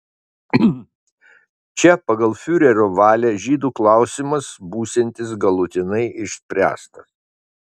čia pagal fiurerio valią žydų klausimas būsiantis galutinai išspręstas